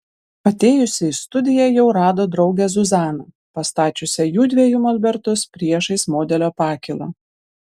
atėjusi į studiją jau rado draugę zuzaną pastačiusią jųdviejų molbertus priešais modelio pakylą